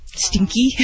Stinky